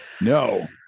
No